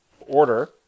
order